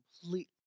completely